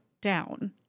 down